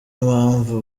mpamvu